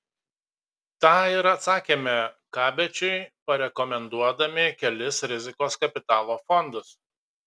tą ir atsakėme kabečiui parekomenduodami kelis rizikos kapitalo fondus